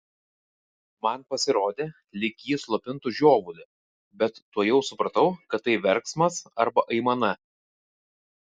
man pasirodė lyg ji slopintų žiovulį bet tuojau supratau kad tai verksmas arba aimana